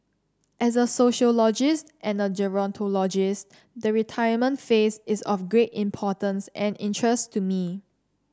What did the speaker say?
as a sociologist and a gerontologist the retirement phase is of great importance and interest to me